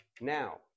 now